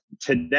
today